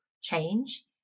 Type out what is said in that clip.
change